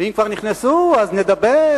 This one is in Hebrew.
ואם כבר נכנסו אז נדבר,